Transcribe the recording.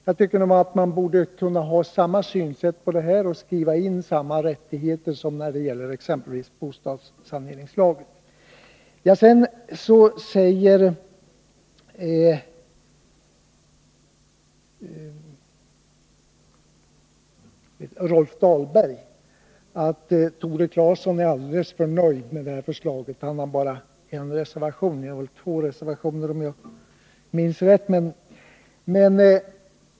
Jag tycker att man här borde ha samma synsätt och skriva in samma rättigheter som i fråga om t.ex. bostadssaneringslagen. Rolf Dahlberg säger att Tore Claeson är alldeles för nöjd med förslaget — han har bara en reservation. Jag har avgett två reservationer, om jag minns rätt.